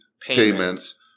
payments